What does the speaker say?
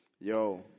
Yo